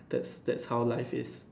that's that's how life is